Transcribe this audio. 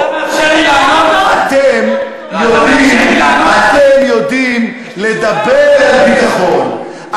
אתם יודעים לדבר על ביטחון,